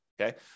okay